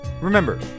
remember